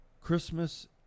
Christmas